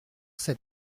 cette